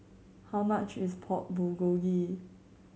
how much is Pork Bulgogi